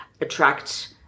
attract